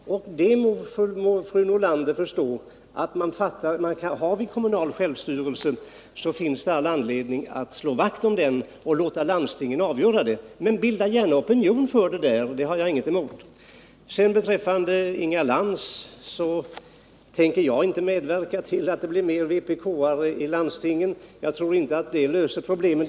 Men fru Nordlander måste väl förstå att när vi nu har kommunal självstyrelse finns det all anledning att slå vakt om den och låta landstingen själva avgöra frågan. Bilda däremot gärna opinion där för er åsikt — det har jag ingenting emot. Beträffande Inga Lantz anförande vill jag säga att jag inte tänker medverka till att det blir fler vpk:are i landstingen. Jag tror inte heller att det skulle lösa problemen.